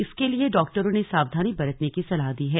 इसके लिए डॉक्टरों ने सावधानी बरतने की सलाह दी है